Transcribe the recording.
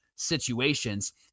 situations